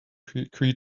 creature